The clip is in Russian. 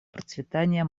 процветания